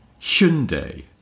Hyundai